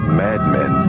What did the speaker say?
madmen